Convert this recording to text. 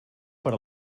per